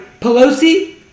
Pelosi